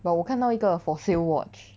but 我看到一个 for sale watch